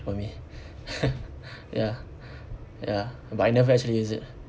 for me ya ya but I never actually use it